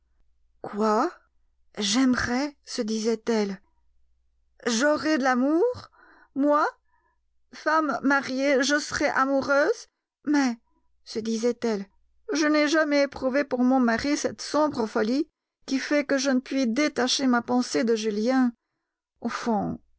quoi j'aimerais se disait-elle j'aurais de l'amour moi femme mariée je serais amoureuse mais se disait-elle je n'ai jamais éprouvé pour mon mari cette sombre folie qui fait que je ne puis détacher ma pensée de julien au fond